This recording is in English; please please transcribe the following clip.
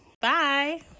Bye